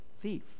thief